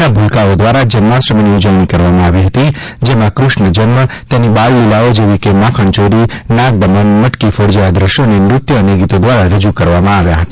ના ભૂલકાઓ દ્વારા જન્માષ્ટમીની ઉજવણી કરવામાં આવી હતી જેમાં કૃષ્ણ જન્મ તેમની બાળલીલાઓ જેવી કે માખણ ચોરી નાગદમન મટકીફોડ જેવા દેશ્યોને નૃત્ય અને ગીતો દ્વારા રજૂ કરવામાં આવ્યા હતા